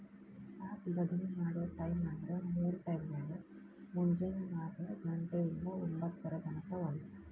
stock ಬದ್ಲಿ ಮಾಡೊ ಟೈಮ್ವ್ಂದ್ರ ಮೂರ್ ಟೈಮ್ನ್ಯಾಗ, ಮುಂಜೆನೆ ನಾಕ ಘಂಟೆ ಇಂದಾ ಒಂಭತ್ತರ ತನಕಾ ಒಂದ್